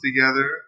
together